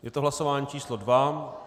Je to hlasování číslo 2.